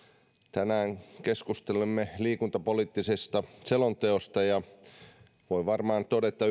tänään keskustelemme liikuntapoliittisesta selonteosta ja voi varmaan todeta